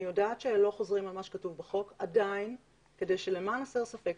אני יודעת שלא חוזרים על מה שכתוב בחוק למען הסר ספק,